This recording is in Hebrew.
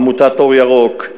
עמותת "אור ירוק",